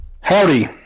Howdy